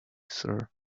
sir